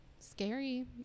scary